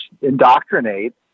indoctrinate